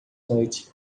noite